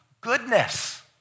goodness